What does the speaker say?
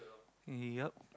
yup